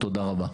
תודה רבה.